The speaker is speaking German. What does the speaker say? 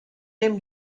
dem